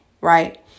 right